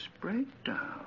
breakdown